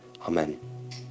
Amen